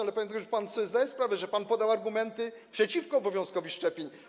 ale, panie doktorze, pan sobie zdaje sprawę, że pan podał argumenty przeciwko obowiązkowi szczepień?